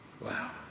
Wow